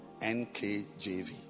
NKJV